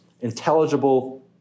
intelligible